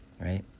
right